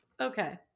Okay